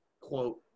quote